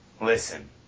Listen